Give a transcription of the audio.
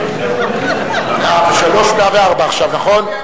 מי שבעד ההסתייגות, ירים את ידו.